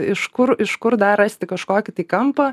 iš kur iš kur dar rasti kažkokį tai kampą